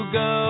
go